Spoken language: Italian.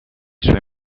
suoi